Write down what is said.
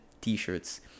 t-shirts